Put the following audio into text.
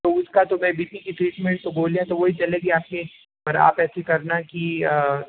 तो उसका तो मैं बी पी की ट्रीटमेंट तो गोलियाँ तो वही चलेगी आपकी पर आप ऐसे करना की